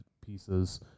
pieces